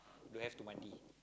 don't have to mandi